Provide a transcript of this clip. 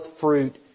fruit